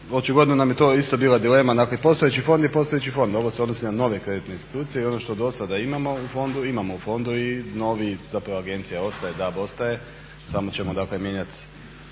očigledno nam je to isto bila dilema. Dakle postojeći fond je postojeći fond, ovo se odnosi na nove kreditne institucije i ono što do sada imamo u fondu imamo u fondu i zapravo agencija ostaje, DAB ostaje, samo ćemo dakle mijenjat